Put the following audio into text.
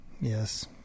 yes